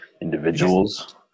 individuals